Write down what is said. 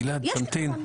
גלעד, תמתין.